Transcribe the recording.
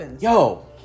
yo